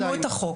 תתקנו את החוק.